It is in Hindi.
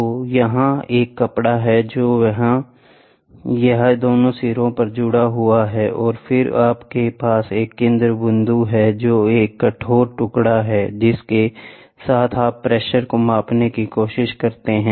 तो यहां एक कपड़ा है जो वहां है यह दोनों सिरों पर जुड़ा हुआ है और फिर आपके पास एक केंद्रबिंदु है जो एक कठोर टुकड़ा है जिसके साथ आप प्रेशर को मापने की कोशिश करते हैं